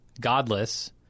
Godless